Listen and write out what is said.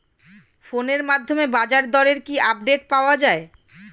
ফোনের মাধ্যমে বাজারদরের কি আপডেট পাওয়া যায়?